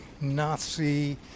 Nazi